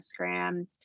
Instagram